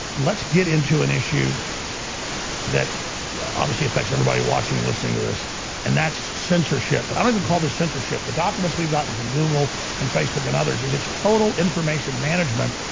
let's get into an issue that obviously affects everybody watching and listening to this and that's censorship but i don't even call this censorship the documents we've gotten from google and facebook and others is its total? information management